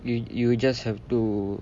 you you just have to